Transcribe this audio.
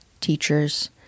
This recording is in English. teachers